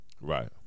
Right